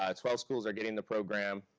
ah twelve schools are getting the program.